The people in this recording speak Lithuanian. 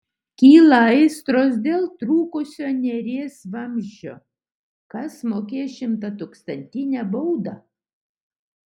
kyla aistros dėl trūkusio neries vamzdžio kas mokės šimtatūkstantinę baudą